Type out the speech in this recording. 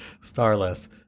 Starless